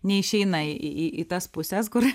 neišeina į į į tas puses kur